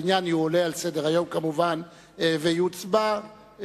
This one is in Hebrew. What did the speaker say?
העניין יועלה על סדר-היום ותהיה הצבעה